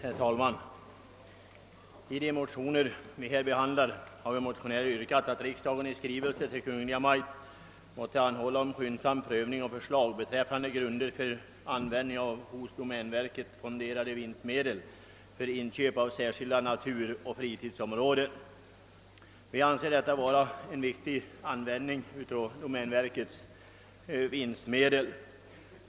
Herr talman! I de motioner som behandlas i föreliggande utskottsutlåtande yrkas att riksdagen i skrivelse till Kungl. Maj:t anhåller om skyndsam prövning och förslag beträffande grunder för användning av hos domänverket fonderade vinstmedel för inköp av särskilda naturoch fritidsområden. Vi motionärer anser detta vara en riktig användning av domänverkets vinstmedel.